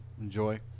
enjoy